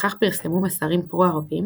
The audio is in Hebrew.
וכך פרסמו מסרים פרו-ערבים